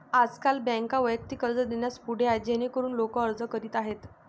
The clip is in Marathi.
आजकाल बँका वैयक्तिक कर्ज देण्यास पुढे आहेत जेणेकरून लोक अर्ज करीत आहेत